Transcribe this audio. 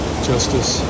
justice